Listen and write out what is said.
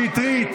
שטרית,